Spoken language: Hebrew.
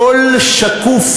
הכול שקוף,